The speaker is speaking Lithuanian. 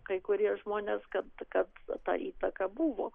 kai kurie žmonės kad kad ta įtaka buvo